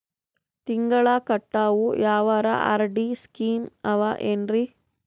ತಿಂಗಳ ಕಟ್ಟವು ಯಾವರ ಆರ್.ಡಿ ಸ್ಕೀಮ ಆವ ಏನ್ರಿ?